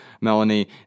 Melanie